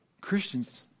Christians